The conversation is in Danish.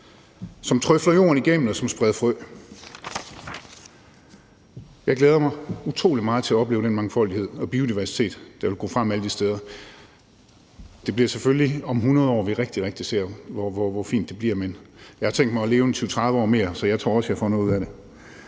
som trøfler jorden igennem og spreder frø. Jeg glæder mig utrolig meget til at opleve den mangfoldighed og biodiversitet, der vil gå frem alle de steder. Det bliver selvfølgelig om 100 år, at vi rigtig vil kunne se, hvor fint det bliver. Men jeg har tænkt mig at leve en 20-30 år mere, så jeg tror også, jeg får noget ud af det.